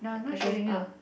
okay ah